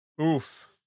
Oof